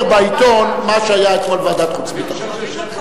בעיתון מה שהיה אתמול בוועדת חוץ וביטחון.